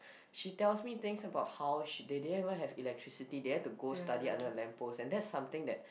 she tells me things about how she they didn't even have electricity they have to go study under a lamp post and that is something that